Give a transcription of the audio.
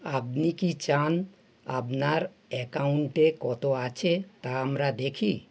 আপনি কি চান আপনার অ্যাকাউন্টে কত আছে তা আমরা দেখি